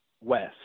west